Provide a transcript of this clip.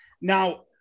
Now